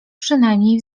przynajmniej